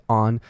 on